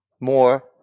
more